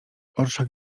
orszak